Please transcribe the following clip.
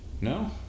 No